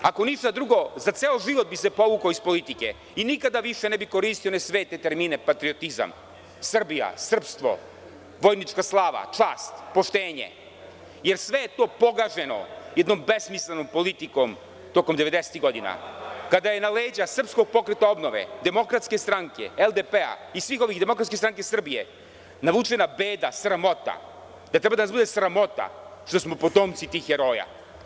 Ako ništa drugo, za ceo život bi se povukao iz politike i nikada više ne bih koristio one svete termine patriotizam, Srbija, srpstvo, vojnička slava, čast, poštenje, jer sve je to pogaženo jednom besmislenom politikom tokom 90-tih godina, kada je na leđa SPO, DS, LDP i svih ovih, DSS, navučena beda, sramota, da treba da nas bude sramota što smo potomci tih heroja.